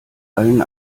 allen